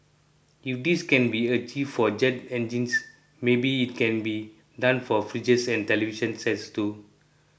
if this can be achieved for jet engines maybe it can be done for fridges and television sets too